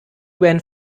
went